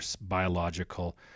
biological